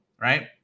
right